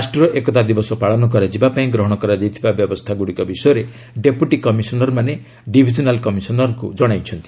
ରାଷ୍ଟ୍ରୀୟ ଏକତା ଦିବସ ପାଳନ କରାଯିବାପାଇଁ ଗ୍ରହଣ କରାଯାଇଥିବା ବ୍ୟବସ୍ଥାଗୁଡ଼ିକ ବିଷୟରେ ଡେପୁଟି କମିଶନର୍ମାନେ ଡିଭିଜନାଲ୍ କମିଶନର୍କ୍କୁ ଜଣାଇଛନ୍ତି